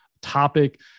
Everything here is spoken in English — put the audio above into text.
topic